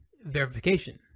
verification